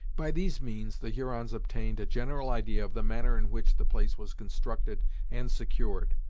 by these means the hurons obtained a general idea of the manner in which the place was constructed and secured,